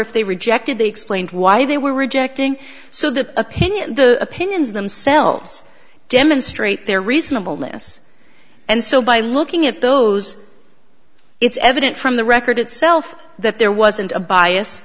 if they rejected they explained why they were rejecting so that opinion the opinions themselves demonstrate their reasonable notice and so by looking at those it's evident from the record itself that there wasn't a bias